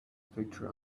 picture